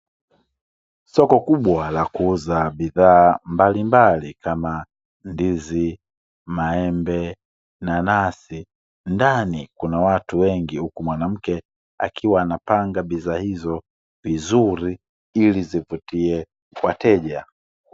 Soko kubwa la kuuza bidhaa mbalimbali kama ndizi, maembe, nanasi ndani kuna watu wengi huku mwanamke akiwa anapanga bidhaa hizo vizuri ili zivutie wateja.